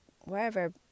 wherever